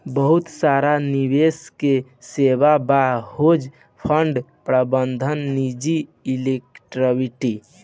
बहुत सारा निवेश के सेवा बा, हेज फंड प्रबंधन निजी इक्विटी